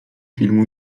filmu